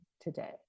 today